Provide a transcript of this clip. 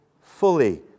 fully